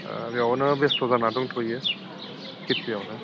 बेयावनो बेस्त' जाना दंथ'यो खेतियावनो